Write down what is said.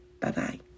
Bye-bye